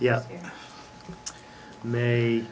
yeah may